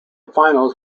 finals